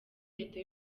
leta